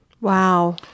wow